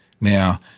Now